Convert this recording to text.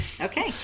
Okay